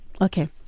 Okay